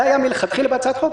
זה היה מלכתחילה בהצעת החוק,